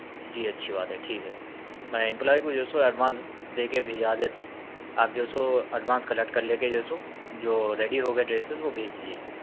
جی اچھی بات ہے ٹھیک ہے میں امپلائی کو جو ہے سو ایڈوانس دے کے بھیجوا دیتا ہوں آپ جو ہے سو ایڈوانس کلیکٹ کر لے کے جو ہے سو جو ریڈی ہو گئے ڈریسیز وہ بھیج دیجئے